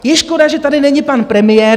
Je škoda, že tady není pan premiér.